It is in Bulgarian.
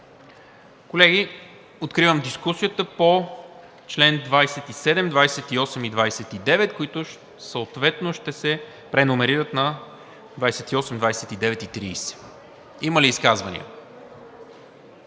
Колеги, откривам дискусията по членове 27, 28 и 29, които съответно ще се преномерират на 28, 29 и 30. Има ли изказвания?